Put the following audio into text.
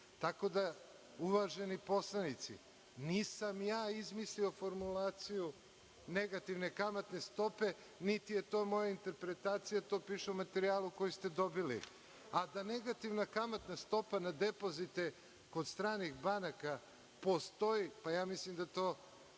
Srbije“.Uvaženi poslanici, nisam ja izmislio formulaciju negativne kamatne stope, niti je to moja interpretacija. To piše u materijalu koji ste dobili. A da negativna kamatna stopa na depozite kod stranih banaka postoji, pa ja mislim da to